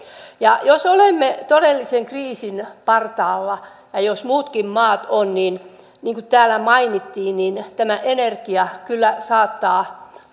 jos olemme todellisen kriisin partaalla ja ja jos muutkin maat ovat niin kuten täällä mainittiin tämä energia kyllä saattaa